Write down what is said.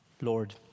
Lord